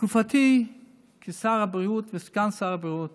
בתקופתי כשר הבריאות וסגן שר הבריאות